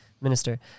Minister